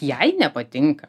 jai nepatinka